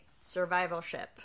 survivalship